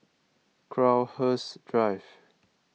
Crowhurst Drive